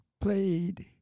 played